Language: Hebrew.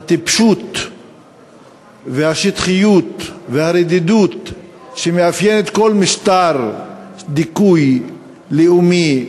הטיפשות והשטחיות והרדידות שמאפיינות כל משטר דיכוי לאומי,